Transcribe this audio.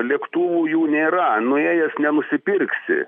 lėktuvų jų nėra nuėjęs nenusipirksi